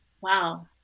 Wow